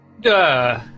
Duh